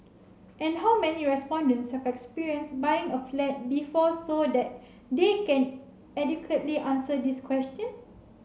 and how many respondents have experience buying a flat before so that they can adequately answer this question